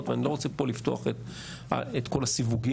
ואני לא רוצה לפתוח את כל הסיווגים.